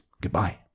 Goodbye